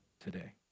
today